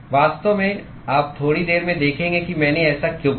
वास्तव में आप थोड़ी देर में देखेंगे कि मैंने ऐसा क्यों किया